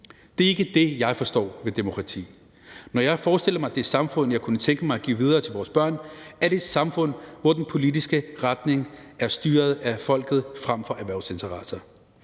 Det er ikke det, jeg forstår ved demokrati. Når jeg forestiller mig det samfund, jeg kunne tænke mig at give videre til vores børn, er det et samfund, hvor den politiske retning er styret af folket frem for erhvervsinteresser,